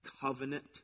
covenant